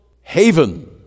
haven